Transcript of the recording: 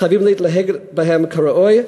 חייבים לנהוג בהם כראוי.